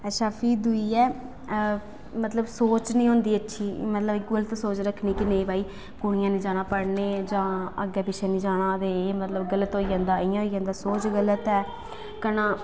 अच्छा फ्ही दूई ऐ मतलब सोच निं होंदी अच्छी मतलब इक्वल ते सोच रक्खनी की नेईं भाई कुड़ियें निं जाना पढ़ने निं जाना अग्गें पिच्छें निं जाना ते एह् मतलब गलत होई जंदा इं'या होई जंदा सोच गलत ऐ कन्नै